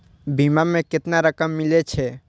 बीमा में केतना रकम मिले छै?